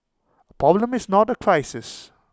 A problem is not A crisis